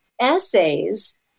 essays